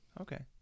Okay